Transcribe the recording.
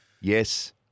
Yes